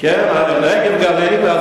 אלא בנגב ובגליל.